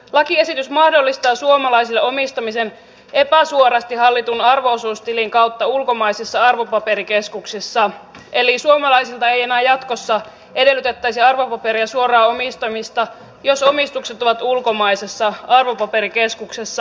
lakiesitys mahdollistaa suomalaisille omistamisen epäsuorasti hallitun arvo osuustilin kautta ulkomaisissa arvopaperikeskuksissa eli suomalaisilta ei enää jatkossa edellytettäisi arvopaperien suoraa omistamista jos omistukset ovat ulkomaisessa arvopaperikeskuksessa